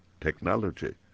technology